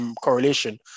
correlation